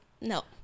No